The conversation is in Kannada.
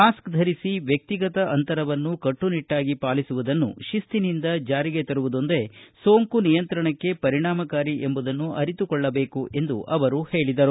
ಮಾಸ್ಕ್ ಧರಿಸಿ ವ್ಯಕ್ತಿಗತ ಅಂಶರವನ್ನು ಕಟ್ಟುನಿಟ್ಟಾಗಿ ಪಾಲಿಸುವುದನ್ನು ಶಿಸ್ತಿನಿಂದ ಜಾರಿಗೆ ತರುವುದೊಂದೆ ಸೋಂಕು ನಿಯಂತ್ರಣಕ್ಕೆ ಪರಿಣಾಮಕಾರಿ ಎಂಬುದನ್ನು ಅರಿತುಕೊಳ್ಳಬೇಕು ಎಂದು ಅವರು ಹೇಳಿದರು